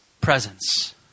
presence